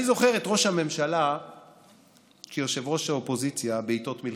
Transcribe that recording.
אני זוכר את ראש הממשלה כיושב-ראש האופוזיציה בעיתות מלחמה.